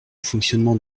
fonctionnement